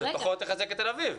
ופחות תחזק את תל אביב.